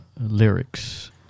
lyrics